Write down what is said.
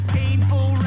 painful